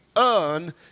earn